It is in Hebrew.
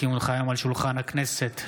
כי הונחו היום על שולחן הכנסת,